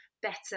better